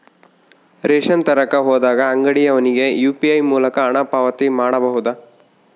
Ration ತರಕ ಹೋದಾಗ ಅಂಗಡಿಯವನಿಗೆ ಯು.ಪಿ.ಐ ಮೂಲಕ ಹಣ ಪಾವತಿ ಮಾಡಬಹುದಾ?